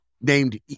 Named